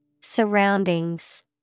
Surroundings